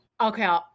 okay